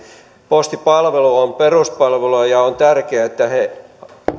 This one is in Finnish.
postipalvelu on peruspalvelua ja on tärkeätä että tähän